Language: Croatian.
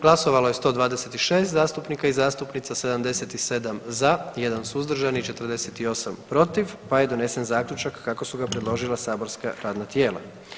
Glasovalo je 126 zastupnika i zastupnica, 77 za, 1 suzdržan i 48 protiv pa je donesen zaključak kako su ga predložila saborska radna tijela.